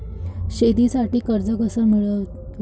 शेतीसाठी कर्ज कस मिळवाच?